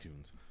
iTunes